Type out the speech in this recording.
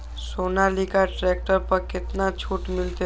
Sonalika tractor पर केतना छूट मिलते?